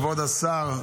כבוד השר,